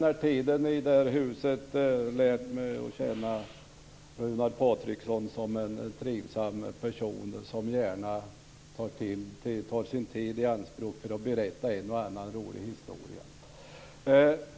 Fru talman! Jag har under denna tid i detta hus lärt känna Runar Patriksson som en trivsam person som gärna tar sin tid i anspråk för att berätta en och annan rolig historia.